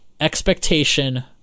expectation